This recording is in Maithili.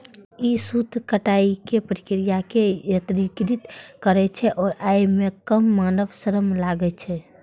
ई सूत कताइक प्रक्रिया कें यत्रीकृत करै छै आ अय मे कम मानव श्रम लागै छै